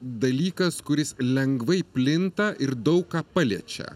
dalykas kuris lengvai plinta ir daug ką paliečia